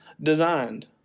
designed